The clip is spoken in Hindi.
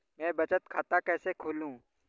मैं बचत खाता कैसे खोलूँ?